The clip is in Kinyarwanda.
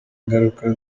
ingaruka